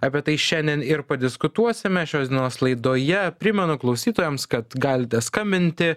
apie tai šiandien ir padiskutuosime šios dienos laidoje primenu klausytojams kad galite skambinti